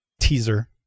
teaser